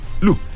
look